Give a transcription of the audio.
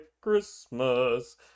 Christmas